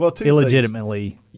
Illegitimately